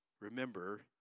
remember